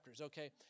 okay